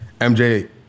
MJ